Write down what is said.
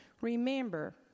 remember